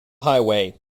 highway